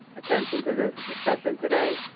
attention to this discussion today.